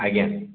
ଆଜ୍ଞା